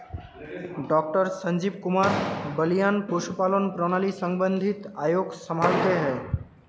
doctor Sanjeev Kumar Balyan पशुपालन प्रणाली संबंधित आयोग संभालते हैं